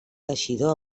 teixidor